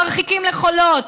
מרחיקים לחולות,